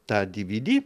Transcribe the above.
tą dy vy dy